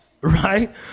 right